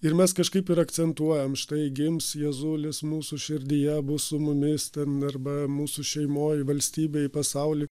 ir mes kažkaip ir akcentuojam štai gims jėzulis mūsų širdyje bus su mumis ten arba mūsų šeimoj valstybėj pasauly